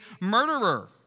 murderer